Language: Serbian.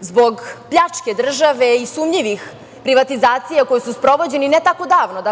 zbog pljačke države i sumnjivih privatizacija koje su sprovođene ne tako davno,